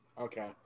Okay